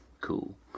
cool